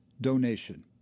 donation